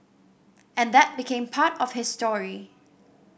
and that became part of his story